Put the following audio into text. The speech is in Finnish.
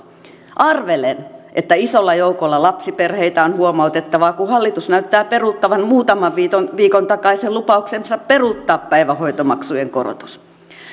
arvelen että isolla joukolla lapsiperheitä on huomautettavaa kun hallitus näyttää peruuttavan muutaman viikon viikon takaisen lupauksensa peruuttaa päivähoitomaksujen korotus